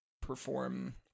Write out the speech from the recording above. perform